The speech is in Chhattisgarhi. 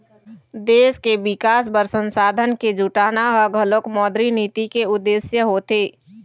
देश के बिकास बर संसाधन के जुटाना ह घलोक मौद्रिक नीति के उद्देश्य होथे